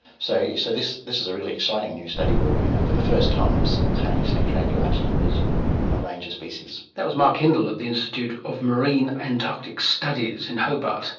so so this this is a really exciting new study where we're going to, for the first time, simultaneously track large numbers of a range of species. that was mark hindell at the institute of marine antarctic studies in hobart